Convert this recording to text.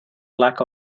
lack